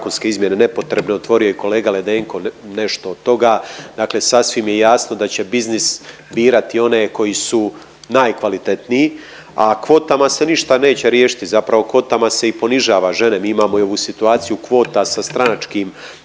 nepotrebne. Otvorio je i kolega Ledenko nešto od toga, dakle sasvim je jasno da će biznis birati one koji su najkvalitetniji, a kvotama se ništa neće riješiti. Zapravo kvotama se i ponižava žene, mi imamo i ovu situaciju kvota sa stranačkim,